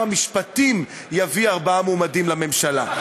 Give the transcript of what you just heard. המשפטים יביא ארבעה מועמדים לממשלה.